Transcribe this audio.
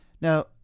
Now